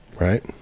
Right